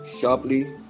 sharply